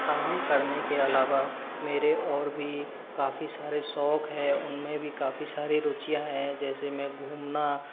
काम करने के अलावा मेरे और भी काफ़ी सारे शौक हैं उनमें भी काफ़ी सारी रुचियाँ है जैसे मैं घूमना